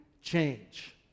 change